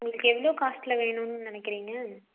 உங்களுக்கு எவ்வளோ காஸ்ட்டில் வேணும்ன்னு நினைக்கிறீங்க